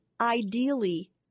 ideally